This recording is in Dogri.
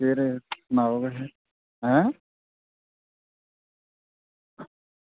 केह् रेट सनाओ तुस ऐं